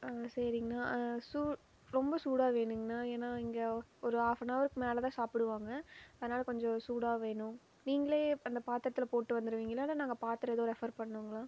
ஆ சரிங்ண்ணா சூ ரொம்ப சூடாக வேணும்ங்கண்ணா ஏன்னா இங்கே ஒரு ஆஃபனவருக்கு மேலே தான் சாப்பிடுவாங்க அதனால் கொஞ்சம் சூடாக வேணும் நீங்களே அந்த பாத்திரத்துல போட்டு வந்துருவிங்களா இல்லை நாங்கள் பாத்திரம் எதுவும் ரெஃபர் பண்ணணும்ங்களா